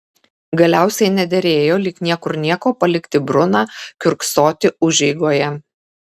galiausiai nederėjo lyg niekur nieko palikti bruną kiurksoti užeigoje